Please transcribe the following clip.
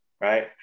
Right